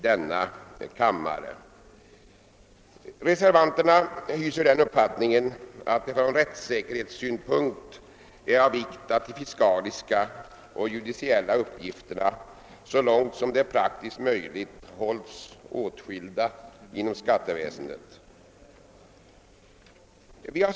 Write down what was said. Vi reservanter hyser den uppfattningen, att det från rättssäkerhetssynpunkt är av vikt att de fiskala och judiciella uppgifterna så långt det är praktiskt möjligt hålls åtskilda inom skatteväsendet.